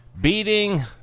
Beating